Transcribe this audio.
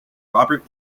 robert